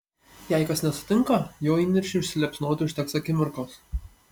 jei kas nesutinka jo įniršiui užsiliepsnoti užteks akimirkos